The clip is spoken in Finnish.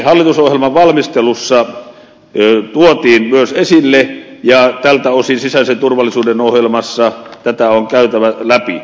hallitusohjelman valmistelussa se tuotiin myös esille ja tältä osin sisäisen turvallisuuden ohjelmassa tätä on käytävä läpi